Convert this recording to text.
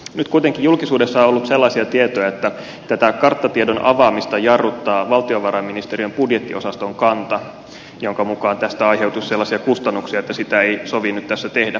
nyt kuitenkin julkisuudessa on ollut sellaisia tietoja että tätä karttatiedon avaamista jarruttaa valtiovarainministeriön budjettiosaston kanta jonka mukaan tästä aiheutuisi sellaisia kustannuksia että sitä ei sovi nyt tässä tehdä